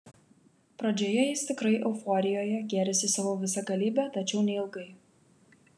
pradžioje jis tikrai euforijoje gėrisi savo visagalybe tačiau neilgai